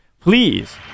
please